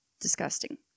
disgusting